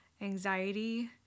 anxiety